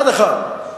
אחד-אחד.